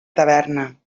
taverna